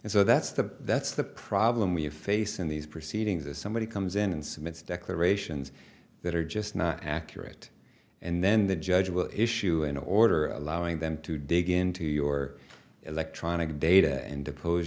and so that's the that's the problem we face in these proceedings is somebody comes in and cements declarations that are just not accurate and then the judge will issue an order allowing them to dig into your electronic data and depose